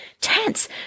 tense